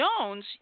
Jones